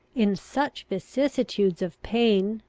in such vicissitudes of pain,